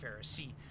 Pharisee